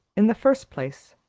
in the first place,